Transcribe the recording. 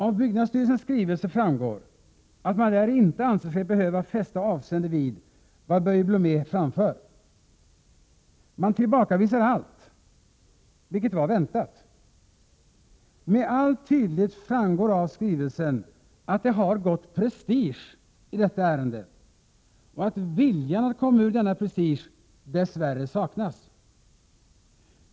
Av byggnadsstyrelsens skrivelse framgår att man där inte anser sig behöva fästa avseende vid vad Börje Blomé anför. Man tillbakavisar allt, vilket var väntat. Med all tydlighet framgår av skrivelsen att det har gått prestige i detta ärende och att viljan att komma ur denna prestige dess värre saknas.